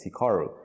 Hikaru